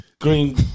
green